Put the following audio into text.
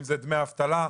אם זה דמי אבטלה,